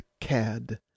cad